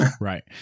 Right